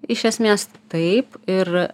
iš esmės taip ir